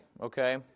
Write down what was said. okay